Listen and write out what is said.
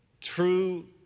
true